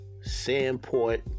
Sandport